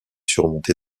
surmonté